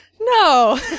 no